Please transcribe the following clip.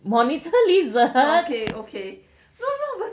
monitor lizard